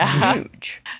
huge